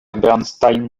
bernstein